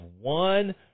one